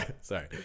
sorry